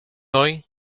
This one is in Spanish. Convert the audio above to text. hoy